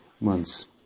months